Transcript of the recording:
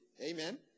Amen